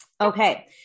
Okay